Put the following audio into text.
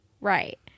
Right